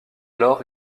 lors